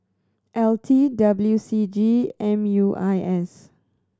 L T W C G M U I S